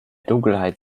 dunkelheit